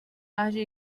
hagi